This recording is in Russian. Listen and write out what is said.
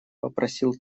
попросил